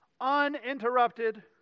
uninterrupted